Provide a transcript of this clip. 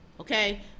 okay